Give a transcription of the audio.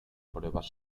pruebas